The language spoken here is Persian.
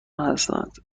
هستند